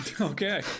Okay